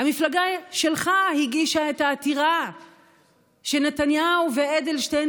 המפלגה שלך הגישה את העתירה שנתניהו ואדלשטיין